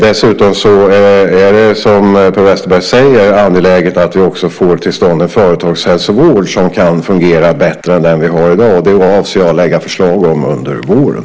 Dessutom är det, som Per Westerberg säger, angeläget att vi också får till stånd en företagshälsovård som kan fungera bättre än den vi har i dag. Det avser jag att lägga fram förslag om under våren.